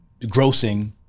grossing